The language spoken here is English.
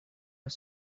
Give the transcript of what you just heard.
are